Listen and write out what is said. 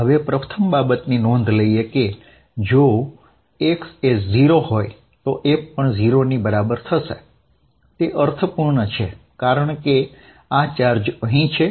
હવે પ્રથમ બાબતની નોંધ લઇએ કે જો x એ 0 હોય તો F પણ 0 ની બરાબર હોય તે અર્થપુર્ણ છે કારણ કે આ ચાર્જ અહીં છે